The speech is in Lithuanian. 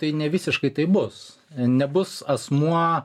tai nevisiškai taip bus nebus asmuo